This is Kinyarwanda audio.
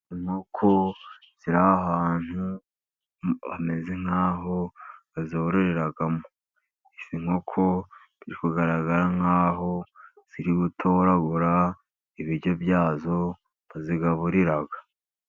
Inkoko ziri ahantu bameze nk'aho bazororeramo. Izi nkoko ziri kugaragara nk'aho ziri gutoragura ibiryo byazo bazigaburira.